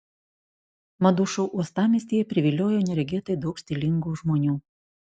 madų šou uostamiestyje priviliojo neregėtai daug stilingų žmonių